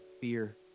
fear